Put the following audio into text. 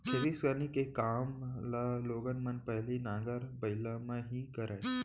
खेती किसानी के काम ल लोगन मन पहिली नांगर बइला म ही करय